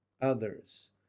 others